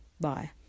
Bye